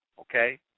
Okay